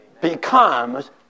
becomes